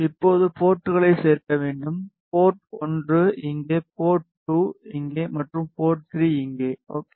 இப்போது போர்ட்களை சேர்க்க வேண்டும் போர்ட் 1 இங்கே போர்ட் 2 இங்கே மற்றும் போர்ட் 3 இங்கே சரி